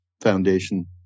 foundation